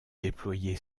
déployé